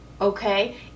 okay